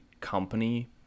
company